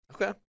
Okay